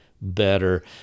better